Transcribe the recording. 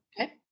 Okay